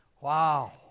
Wow